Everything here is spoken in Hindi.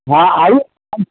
हाँ आइए